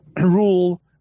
rule